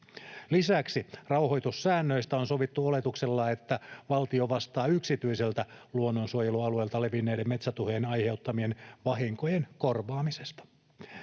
Lisäksi rauhoitussäännöistä on sovittu oletuksella, että valtio vastaa yksityiseltä luonnonsuojelualueelta levinneiden metsätuhojen aiheuttamien vahinkojen korvaamisesta.